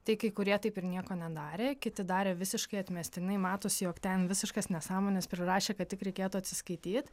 tai kai kurie taip ir nieko nedarė kiti darė visiškai atmestinai matosi jog ten visiškas nesąmones prirašė kad tik reikėtų atsiskaityt